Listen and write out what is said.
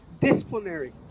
disciplinary